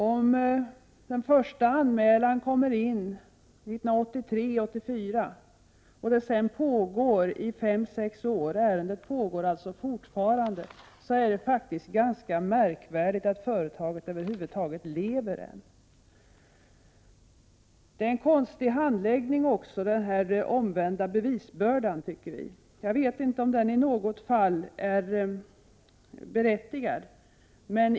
Om den första anmälan kommer in 1983/84 och sedan handläggs i fem, sex år — ärendet pågår således fortfarande — är det faktiskt ganska anmärkningsvärt att företaget över huvud taget kan leva ännu. Vi tycker också att det är en konstig handläggning med den omvända bevisbördan. Jag vet inte om den är berättigad i något fall.